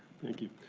thank you.